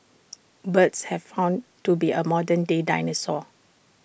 birds have found to be A modern day dinosaurs